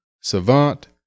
Savant